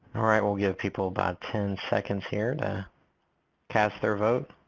all right we'll give people about ten seconds here to cast their vote.